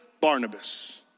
Barnabas